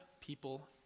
people